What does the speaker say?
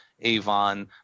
Avon